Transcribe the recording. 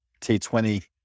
T20